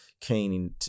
keen